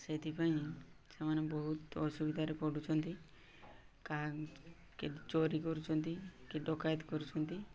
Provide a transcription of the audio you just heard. ସେଥିପାଇଁ ସେମାନେ ବହୁତ ଅସୁବିଧାରେ ପଡ଼ୁଛନ୍ତି କା କେତେ ଚୋରି କରୁଛନ୍ତି କିଏ ଡକାୟତ କରୁଛନ୍ତି